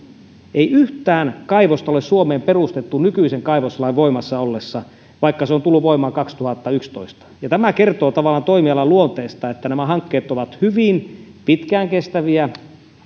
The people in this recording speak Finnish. ei yhtään kaivosta ole suomeen perustettu nykyisen kaivoslain voimassa ollessa vaikka se on tullut voimaan kaksituhattayksitoista ja tämä kertoo tavallaan toimialan luonteesta nämä hankkeet ovat hyvin pitkään kestäviä